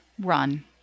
run